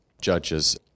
Judges